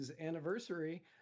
anniversary